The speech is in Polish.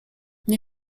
nie